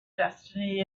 destiny